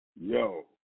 Yo